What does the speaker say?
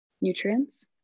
nutrients